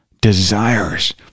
desires